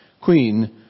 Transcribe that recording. queen